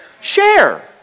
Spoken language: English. Share